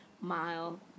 mile